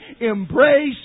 embrace